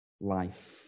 life